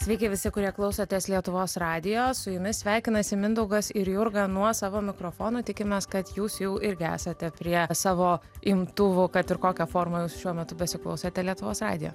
sveiki visi kurie klausotės lietuvos radijo su jumis sveikinasi mindaugas ir jurga nuo savo mikrofonų tikimės kad jūs jau irgi esate prie savo imtuvų kad ir kokia forma jūs šiuo metu besiklausote lietuvos radijo